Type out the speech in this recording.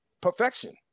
perfection